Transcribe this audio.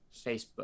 Facebook